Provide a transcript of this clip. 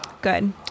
Good